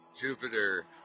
Jupiter